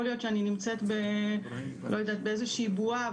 יכול להיות שאני נמצאת באיזה שהיא בועה,